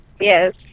Yes